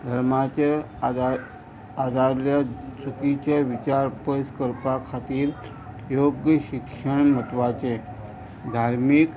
धर्माचे आदार आदारल्या श्रुतीचे विचार पयस करपा खातीर योग्य शिक्षण म्हत्वाचें धार्मीक